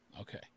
Okay